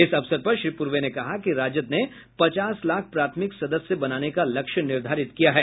इस अवसर पर श्री पूर्वे ने कहा कि राजद ने पचास लाख प्राथमिक सदस्य बनाने का लक्ष्य निर्धारित किया है